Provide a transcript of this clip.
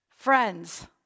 Friends